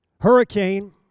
Hurricane